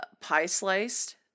pie-sliced